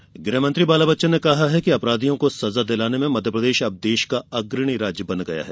अपराधी सजा गृह मंत्री बाला बच्चन ने कहा है कि अपराधियों को सजा दिलाने में मध्यप्रदेश अब देश का अग्रणी राज्य बन गया है